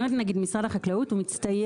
אני אומרת נגיד משרד החקלאות הוא מצטיין.